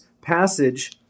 passage